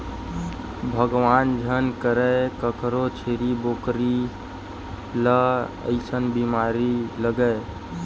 भगवान झन करय कखरो छेरी बोकरा ल अइसन बेमारी लगय